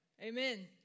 Amen